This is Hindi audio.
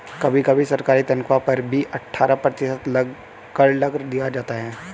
कभी कभी सरकारी तन्ख्वाह पर भी अट्ठारह प्रतिशत कर लगा दिया जाता है